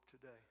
today